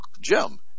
Jim